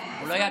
הוא לא יודע